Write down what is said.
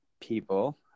people